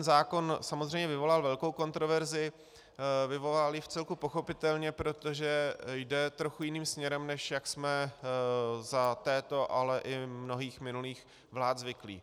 Zákon samozřejmě vyvolal velkou kontroverzi, vyvolal ji vcelku pochopitelně, protože jde trochu jiným směrem, než jak jsme za této, ale i mnohých minulých vlád zvyklí.